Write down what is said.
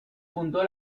fundó